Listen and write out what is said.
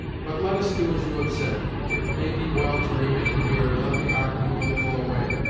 but let us do as you have said. it may be well to remain here, and let the ark move a little away.